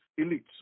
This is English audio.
elites